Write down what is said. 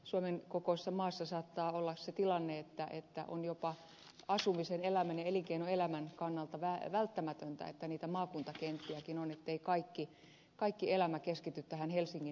suomen kokoisessa maassa saattaa olla se tilanne että on jopa asumisen elämän ja elinkeinoelämän kannalta välttämätöntä että niitä maakuntakenttiäkin on ettei kaikki elämä keskity tähän helsingin ympäristöön